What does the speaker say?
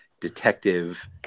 detective